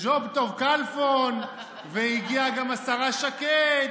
וג'וב טוב כלפון והגיעה גם השרה שקד,